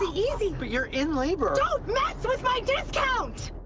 ah easy! but you're in labor? don't mess with my discount!